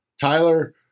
Tyler